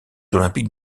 olympiques